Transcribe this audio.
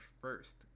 first